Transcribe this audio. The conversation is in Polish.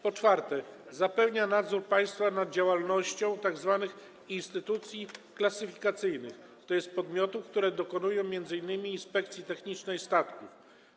Po czwarte, zapewnia się nadzór państwa nad działalnością tzw. instytucji klasyfikacyjnych, tj. podmiotów, które dokonują m.in. inspekcji technicznej statków.